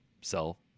sell